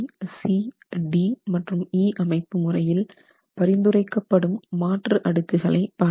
abcd மற்றும் e அமைப்புமுறையில் பரிந்துரைக்கப்படும் மாற்று அடுக்குகளை பார்க்கலாம்